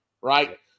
right